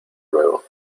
luego